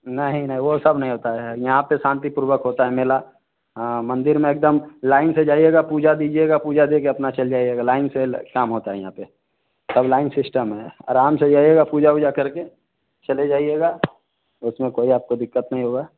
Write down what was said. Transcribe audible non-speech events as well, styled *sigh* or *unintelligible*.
नहीं नहीं वो सब नहीं होता है यहाँ पे शांतिपूर्वक होता है मेला हाँ मंदिर में एकदम लाइन से जाइएगा पूजा दिजएगा पूजा देके अपना चल जाइएगा लाइन से काम होता है यहाँ पे *unintelligible* लाइन सिस्टम है आराम से जाइएगा पूजा उजा करके चले जाइएगा उसमें आपको कोई दिक्कत नहीं होगा